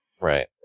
Right